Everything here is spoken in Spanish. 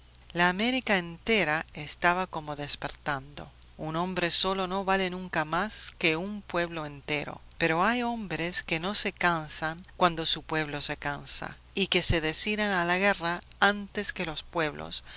la américa entera estaba como despertando un hombre solo no vale nunca más que un pueblo entero pero hay hombres que no se cansan cuando su pueblo se cansa y que se deciden a la guerra antes que los pueblos